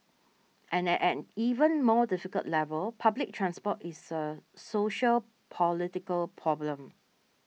and at an even more difficult level public transport is a sociopolitical problem